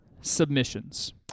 submissions